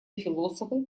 философы